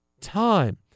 time